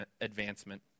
advancement